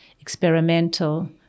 experimental